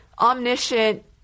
omniscient